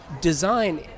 design